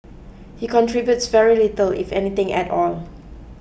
he contributes very little if anything at all